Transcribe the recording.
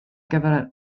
gyfer